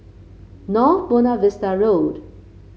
North Buona Vista Road